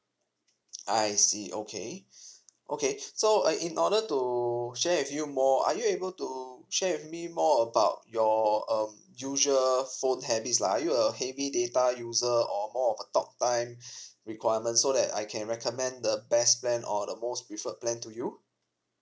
I see okay okay so uh in order to share with you more are you able to share with me more about your um usual phone habits like are you a heavy data user or more of a talk time requirements so that I can recommend the best plan or the most preferred plan to you